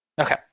Okay